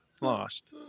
lost